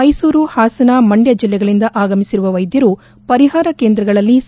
ಮೈಸೂರು ಹಾಸನ ಮಂಡ್ಯ ಜಿಲ್ಲೆಗಳಿಂದ ಆಗಮಿಸಿರುವ ವೈದ್ಯರು ಪರಿಹಾರ ಕೇಂದ್ರಗಳಲ್ಲಿದ್ದು